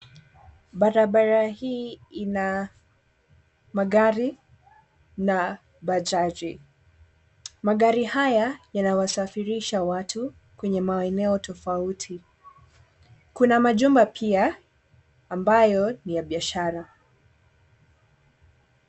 Barabara hii ina magari na bajaji. Magari haya yanawasafirisha watu kwenye maeneo tofauti. Kuna majumba pia ambayo ni ya biashara.